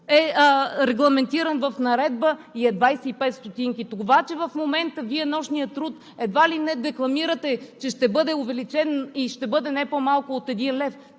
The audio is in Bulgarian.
е регламентиран в наредба и е 25 стотинки. Това, че в момента Вие едва ли не декламирате, че ще бъде увеличен и ще бъде не по-малко от един лев